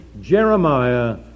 Jeremiah